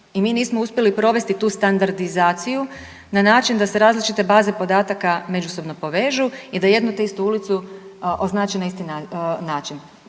i mi nismo uspjeli provesti tu standardizaciju na način da se različite baze podataka međusobno povežu i da jedno te istu ulicu označi na isti način.